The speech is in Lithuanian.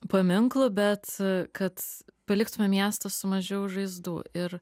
paminklų bet kad paliktume miestą su mažiau žaizdų ir